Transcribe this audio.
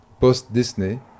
Post-Disney